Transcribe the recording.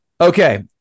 Okay